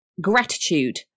Gratitude